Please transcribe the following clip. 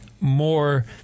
more